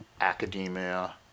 academia